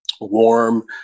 warm